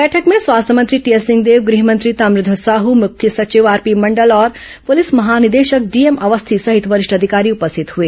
बैठक में स्वास्थ्य मंत्री टीएस सिंहदेव गृह मंत्री ताम्रध्वज साहू मुख्य सचिव आरपी मंडल और पुलिस महानिदेशक डीएम अवस्थी सहित वरिष्ठ अधिकारी उपस्थित हुए